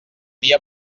dia